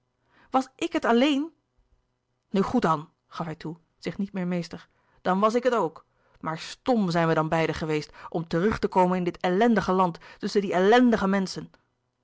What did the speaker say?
was ik het alleen nu goed dan gaf hij toe zich niet meer meester dan was ik het ook maar stm zijn we dan beiden geweest om terug te komen in dit ellendige land tusschen die ellendige menschen